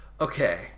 okay